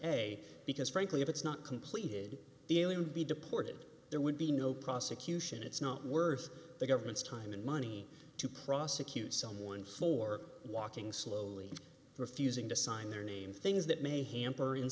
a because frankly if it's not completed the alien be deported there would be no prosecution it's not worth the government's time and money to prosecute someone for walking slowly refusing to sign their name things that may hamper in